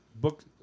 book